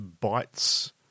bites